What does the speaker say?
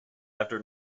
after